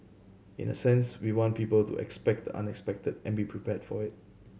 in a sense we want people to expect the unexpected and be prepared for it